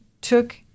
took